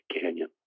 Canyon